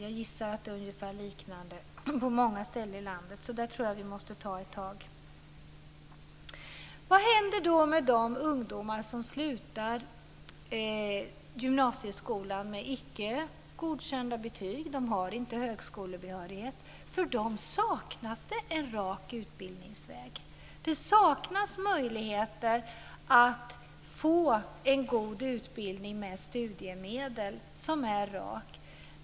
Jag gissar att situationen är liknande på många ställen i landet, så det tror jag att vi måste ta itu med. Vad händer då med de ungdomar som slutar gymnasieskolan med betygen Icke godkänd och inte har högskolebehörighet? För dem saknas det en rak utbildningsväg. De saknar möjligheten att få en god och rak utbildning med studiemedel.